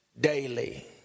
Daily